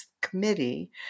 committee